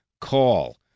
Call